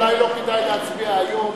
אולי לא כדאי להצביע היום,